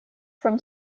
from